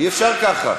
אי-אפשר ככה.